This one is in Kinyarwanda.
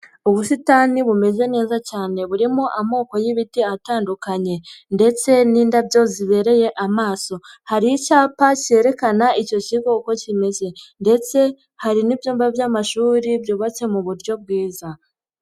Ubusitani bumeze neza cyane burimo amoko y'ibiti atandukanye ndetse n'indabyo zibereye amaso, hari icyapa kerekana icyo kigo uko kimeze ndetse hari n'ibyumba by'amashuri byubatse mu buryo bwiza.,